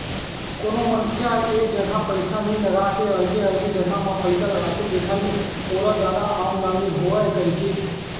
कोनो मनखे ह एक जगा पइसा नइ लगा के अलगे अलगे जगा म पइसा लगाथे जेखर ले ओला जादा आमदानी होवय कहिके